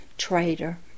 traitor